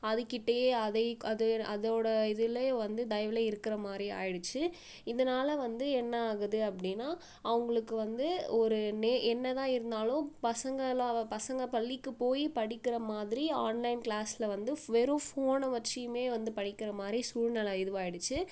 அதுக்கிட்டேயே அதை அது அதோடய இதுலே வந்து தயவுலே இருக்கின்ற மாதிரி ஆயிடுச்சு இதனால் வந்து என்ன ஆகுது அப்படின்னா அவங்களுக்கு வந்து ஒரு நே என்னதான் இருந்தாலும் பசங்களாவ பசங்க பள்ளிக்குப் போய் படிக்கின்ற மாதிரி ஆன்லைன் க்ளாஸில் வந்து வெறும் ஃபோனை வச்சுயுமே வந்து படிக்கின்ற மாதிரி சூழ்நெலை இதுவாயிடுச்சு